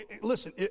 listen